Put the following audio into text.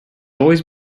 always